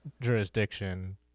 jurisdiction